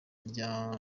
rya